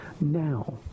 now